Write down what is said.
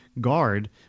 guard